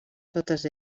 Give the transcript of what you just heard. totes